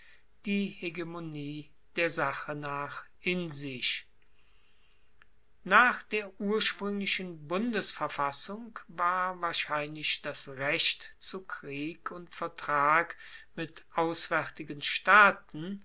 die hegemonie der sache nach in sich nach der urspruenglichen bundesverfassung war wahrscheinlich das recht zu krieg und vertrag mit auswaertigen staaten